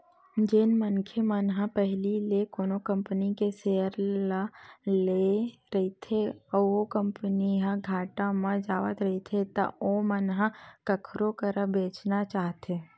जेन मनखे मन ह पहिली ले कोनो कंपनी के सेयर ल लेए रहिथे अउ ओ कंपनी ह घाटा म जावत रहिथे त ओमन ह कखरो करा बेंचना चाहथे